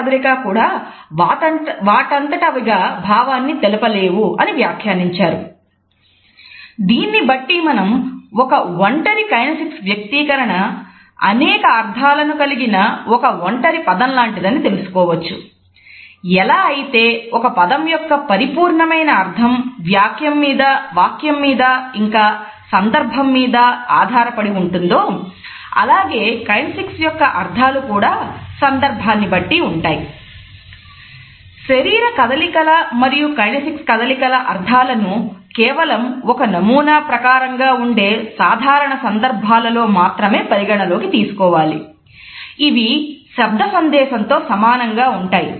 కాకపోతే బర్డ్విస్టల్ యొక్క అర్థాలు కూడా సందర్భాన్ని బట్టి ఉంటాయి